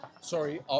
sorry